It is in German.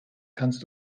kannst